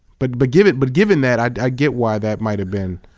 but but given but given that, i get why that might have been,